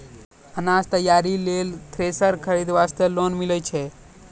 अनाज तैयारी लेल थ्रेसर खरीदे वास्ते लोन मिले सकय छै?